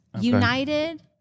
United